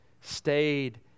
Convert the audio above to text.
stayed